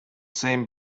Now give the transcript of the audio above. same